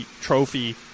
trophy